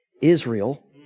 Israel